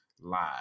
live